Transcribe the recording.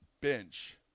bench